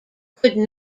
could